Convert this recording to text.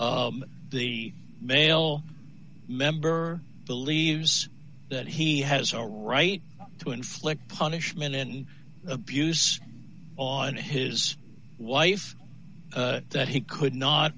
the male member believes that he has a right to inflict punishment and abuse on his wife that he could not